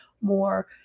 more